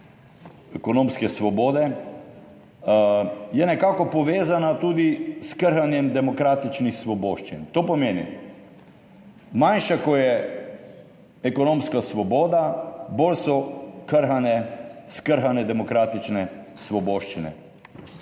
ekonomske svobode je nekako povezana tudi s krhanjem demokratičnih svoboščin. To pomeni, manjša kot je ekonomska svoboda, bolj so krhane, skrhane demokratične svoboščine.